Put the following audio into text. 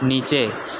નીચે